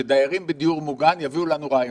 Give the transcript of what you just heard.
שדיירים בדיור מוגן יביאו לנו רעיונות.